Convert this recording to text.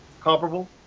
comparable